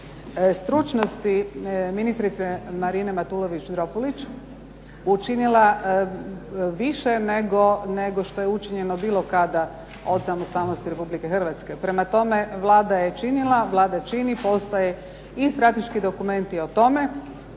stručnosti ministrice Marine Matulović-Dropulić učinila više nego što je učinjeno bilo kada od samostalnosti RH. Prema tome Vlada je činila, Vlada čini. Postoje i strateški dokumenti o tome,